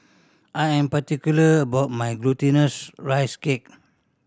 I am particular about my Glutinous Rice Cake